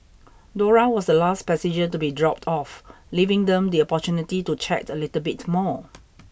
Dora was the last passenger to be dropped off leaving them the opportunity to chat a little bit more